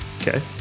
Okay